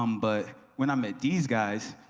um but when i met these guys,